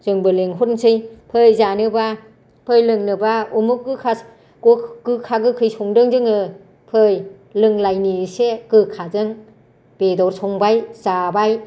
जोंबो लेंहरनोसै फै जानोबा फै लोंनोबा उमुख गोखा गोखै संदो जोङो फै लोंलायनि एसे गोखाजों बेदर संबाय जाबाय